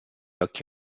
occhi